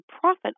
profit